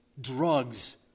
drugs